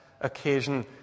Occasion